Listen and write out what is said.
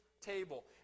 table